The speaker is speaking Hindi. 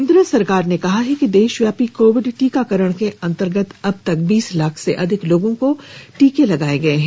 केन्द्र सरकार ने कहा है कि देशव्यापी कोविड टीकाकरण के अर्नतगत अब तक बीस लाख से अधिक लोगों को टीका लगाया गया है